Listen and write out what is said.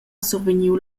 survegniu